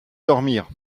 dormir